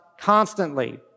constantly